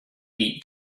eat